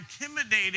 intimidated